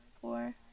four